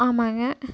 ஆமாங்க